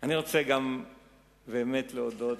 אני רוצה גם באמת להודות